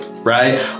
right